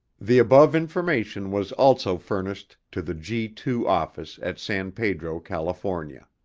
the above information was also furnished to the g two office at san pedro, california.